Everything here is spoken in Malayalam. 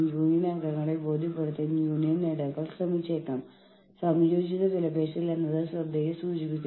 യൂണിയൻ ഒഴിവാക്കൽ തന്ത്രത്തിലേക്കുള്ള യൂണിയൻ സബ്സ്റ്റിറ്റ്യൂഷൻ സമീപനം എന്നാണ് ഇതിനെ വിളിക്കുന്നത്